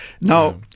Now